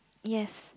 yes